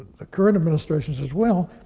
the current administrations as well,